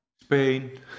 Spain